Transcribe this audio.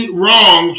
wrong